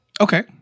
Okay